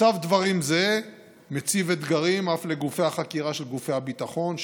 מצב דברים זה מציב אתגרים אף לגופי החקירה של גופי הביטחון,